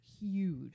huge